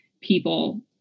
people